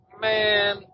man